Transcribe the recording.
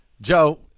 Joe